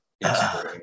Yes